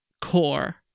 core